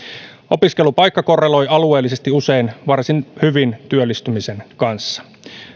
opiskelupaikka korreloi alueellisesti usein varsin hyvin työllistymisen kanssa